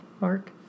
mark